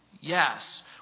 Yes